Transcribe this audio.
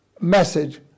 message